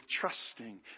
trusting